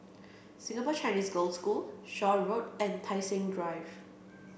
Singapore Chinese Girls' School Shaw Road and Tai Seng Drive